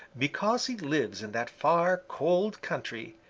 because he lives in that far, cold country,